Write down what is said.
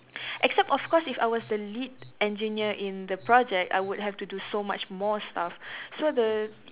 except of course if I was the lead engineer in the project I would have to do so much more stuff so the